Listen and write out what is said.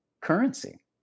currency